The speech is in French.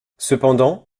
cependant